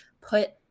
put